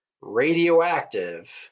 radioactive